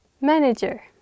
manager